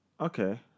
Okay